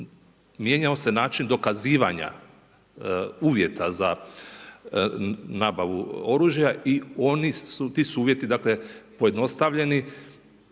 mijenjao se način dokazivanja uvjeta za nabavu oružja i oni su, ti su uvjeti dakle, pojednostavljeni